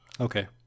Okay